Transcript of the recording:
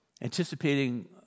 anticipating